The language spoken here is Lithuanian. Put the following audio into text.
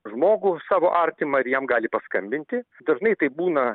žmogų savo artimą ir jam gali paskambinti dažnai taip būna